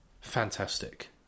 Fantastic